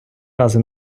рази